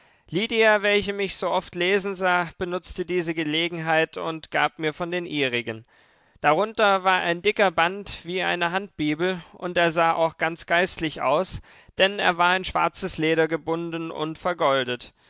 lydia welche mich so oft lesen sah benutzte diese gelegenheit und gab mir von den ihrigen darunter war ein dicker band wie eine handbibel und er sah auch ganz geistlich aus denn er war in schwarzes leder gebunden und vergoldet